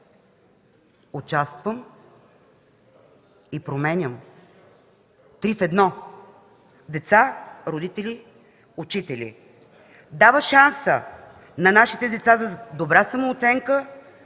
„Участвам и променям – три в едно – деца, родители, учители”, дава шанс на нашите деца за добра самооценка,